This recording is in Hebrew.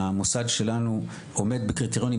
המוסד שלנו עומד בקריטריונים,